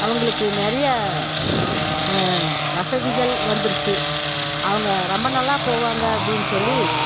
அவர்களுக்கு நிறைய வசதிகள் வந்துடுச்சி அவங்க ரொம்ப நல்லா போவாங்க அப்படின் சொல்லி